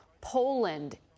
Poland